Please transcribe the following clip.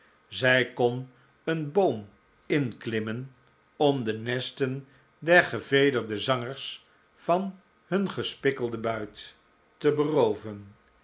zij kon een boom inklimmen om de nesten der gevederde zangers van hun gespikkelden buit te berooven